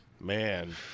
Man